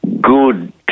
good